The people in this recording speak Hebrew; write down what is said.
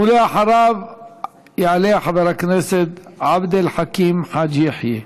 ואחריו יעלה חבר הכנסת עבד אל חכים חאג' יחיא.